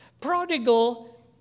Prodigal